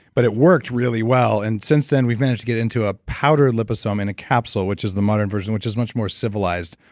but it worked really well, and since then, we've managed to get it into a powder liposome in a capsule, which is the modern version, which is much more civilized.